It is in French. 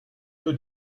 peu